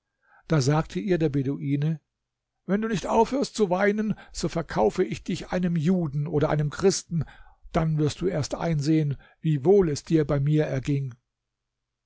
da sagte ihr der beduine wenn du nicht aufhörst zu weinen so verkaufe ich dich einem juden oder einem christen dann wirst du erst einsehen wie wohl es dir bei mir erging